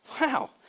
Wow